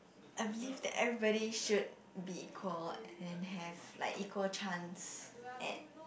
I believe that everybody should be equal and have like equal chance at